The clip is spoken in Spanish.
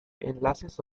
enlaces